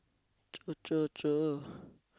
Cher Cher Cher